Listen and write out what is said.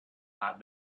might